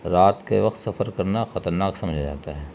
رات کے وقت سفر کرنا خطرناک سمجھا جاتا ہے